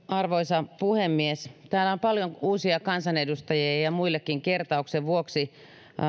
arvoisa puhemies täällä on paljon uusia kansanedustajia ja ja muillekin kertauksen vuoksi vuonna